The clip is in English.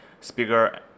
speaker